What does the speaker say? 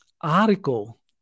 article